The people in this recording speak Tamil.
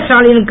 ஸ்டாலினுக்கு